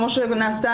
כמו שנעשה,